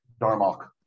Darmok